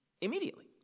immediately